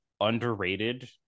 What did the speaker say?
underrated